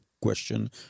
Question